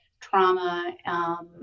trauma